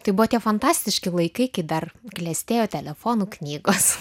tai buvo tie fantastiški laikai kai dar klestėjo telefonų knygos